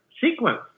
sequence